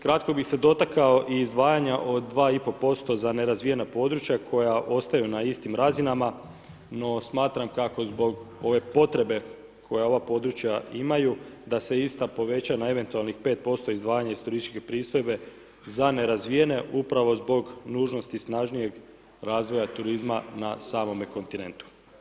Kratko bih se dotakao i izdvajanja od 2,5% za nerazvijena područja koja ostaju na istim razinama no smatram kako zbog ove potrebe koja ova područja imaju da se ista povećaju na eventualnih 5% izdvajanja iz turističke pristojbe za nerazvijene upravo zbog nužnosti snažnijeg razvoja turizma na samome kontinentu.